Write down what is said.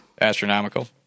astronomical